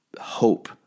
hope